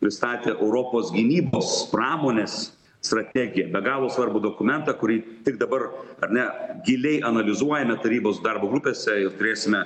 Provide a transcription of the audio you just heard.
pristatė europos gynybos pramonės strategiją be galo svarbų dokumentą kurį tik dabar ar ne giliai analizuojame tarybos darbo grupėse ir turėsime